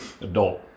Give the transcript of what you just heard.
Adult